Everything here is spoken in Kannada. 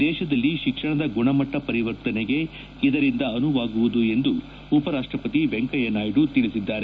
ದೇಶದಲ್ಲಿ ಶಿಕ್ಷಣದ ಗುಣಮಟ್ಟ ಪರಿವರ್ತನೆಗೆ ಇದರಿಂದ ಅನುವಾಗುವುದು ಎಂದು ಉಪರಾಷ್ಟಪತಿ ವೆಂಕಯ್ಯನಾಯ್ದು ತಿಳಿಸಿದ್ದಾರೆ